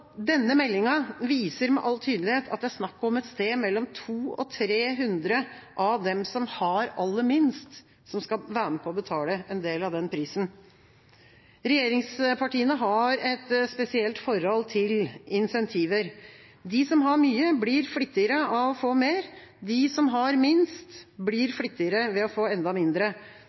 Denne meldinga viser med all tydelighet at det er snakk om et sted mellom 200 og 300 av dem som har aller minst, som skal være med på å betale en del av denne prisen. Regjeringspartiene har et spesielt forhold til incentiver. De som har mye, blir flittigere av å få mer, de som har minst,